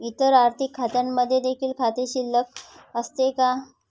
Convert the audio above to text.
इतर आर्थिक खात्यांमध्ये देखील खाते शिल्लक असते का?